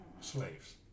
slaves